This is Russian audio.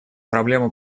проблему